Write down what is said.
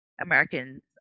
Americans